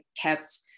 kept